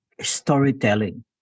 storytelling